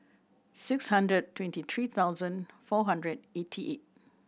six hundred twenty three thousand four hundred eighty eight